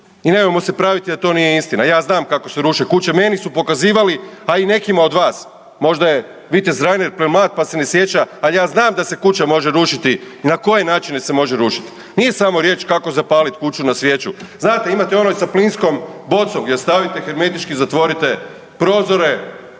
i nemojmo se praviti da to nije istina. Ja znam kako se ruše kuće. Meni su pokazivali, a i nekima od vas. Možda je vitez Reiner premlad, pa se ne sjeća, ali ja znam da se kuća može rušiti i na koje načine se može rušiti. Nije samo riječ kako zapaliti kuću na svijeću. Znate imate ono i sa plinskom bocom gdje stavite, hermetički zatvorite prozore,